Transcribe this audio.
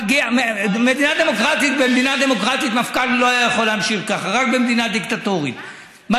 במדינה דמוקרטית להתראיין זה